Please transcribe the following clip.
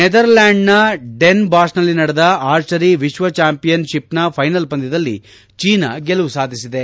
ನೆದರ್ಲ್ಯಾಂಡ್ನ Den ಬಾಷ್ನಲ್ಲಿ ನಡೆದ archery ವಿಶ್ವ ಚಾಂಪಿಯನ್ ಶಿಪ್ನ ಫೈನಲ್ ಪಂದ್ಯದಲ್ಲಿ ಚೀನಾ ಗೆಲುವು ಸಾಧಿಸಿದೆ